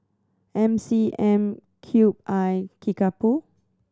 M C M Cube I Kickapoo